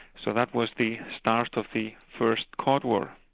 so that was the start of the first cod war.